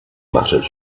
muttered